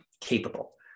capable